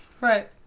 right